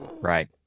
right